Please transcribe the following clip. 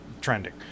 trending